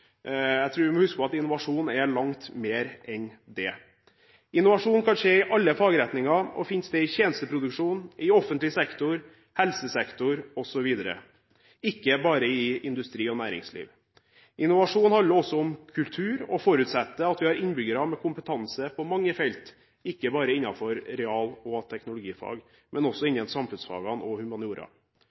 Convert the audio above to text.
Jeg tror vi må huske at innovasjon er langt mer enn det. Innovasjon kan skje i alle fagretninger og finner sted i tjenesteproduksjon, i offentlig sektor, helsesektoren osv. – ikke bare i industri og næringsliv. Innovasjon handler også om kultur og forutsetter at vi har innbyggere med kompetanse på mange felter, ikke bare innenfor real- og teknologifag, men også innen samfunnsfagene og humaniora.